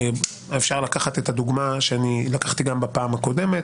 אפשר לקחת את הדוגמה שלקחתי גם בפעם הקודמת,